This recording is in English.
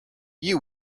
you